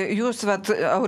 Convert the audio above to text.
jūs vat au